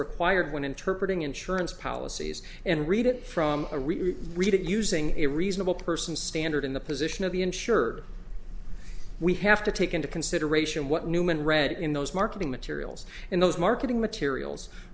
required when interprete ing insurance policies and read it from a reader read it using a reasonable person standard in the position of the insured we have to take into consideration what newman read in those marketing materials and those marketing materials